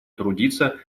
трудиться